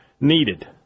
needed